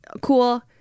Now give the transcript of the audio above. cool